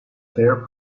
fair